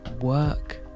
work